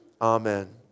Amen